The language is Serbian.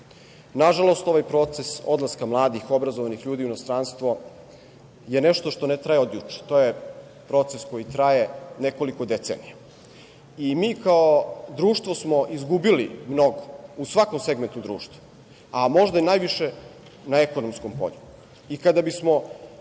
Nažalost, ovaj proces odlaska mladih, obrazovanih ljudi u inostranstvo je nešto što ne traje od juče. To je proces koji traje nekoliko decenija. Mi kao društvo smo izgubili mnogo u svakom segmentu društva, a možda najviše na ekonomskom polju